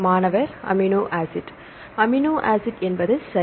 மாணவர் amino acid amino acid என்பது சரி